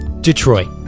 Detroit